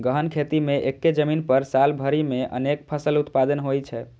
गहन खेती मे एक्के जमीन पर साल भरि मे अनेक फसल उत्पादन होइ छै